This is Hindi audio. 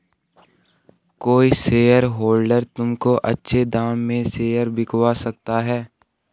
कोई शेयरहोल्डर तुमको अच्छे दाम में शेयर बिकवा सकता है